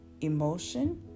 emotion